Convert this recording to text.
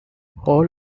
all